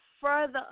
further